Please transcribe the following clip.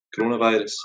coronavirus